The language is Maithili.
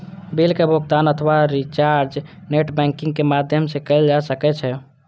बिल के भुगातन अथवा रिचार्ज नेट बैंकिंग के माध्यम सं कैल जा सकै छै